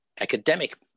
academic